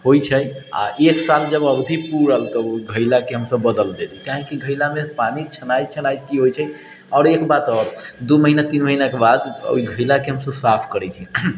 होइ छै आओर एक साल जब अवधि पुरल तऽ ओहि घैलाके हमसब बदलि देली कियाकि घैलामे पानि छनाइत छनाइत कि होइ छै आओर एक बात आओर दू महिना तीन महिनाके बाद घैलाके हमसब साफ करै छी